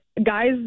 Guys